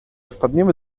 wpadniemy